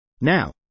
Now